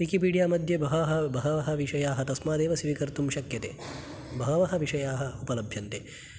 Wikipedia मध्ये बहवः बहवः विषयाः तस्मादेव स्वीकर्तुं शक्यते बहवः विषयाः उपलभ्यन्ते